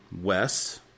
Wes